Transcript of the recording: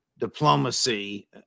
Diplomacy